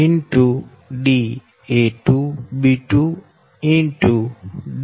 2 m da1b3 6